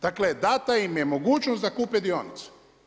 Dakle dana im je mogućnost da kupe dionice.